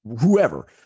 whoever